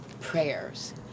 prayers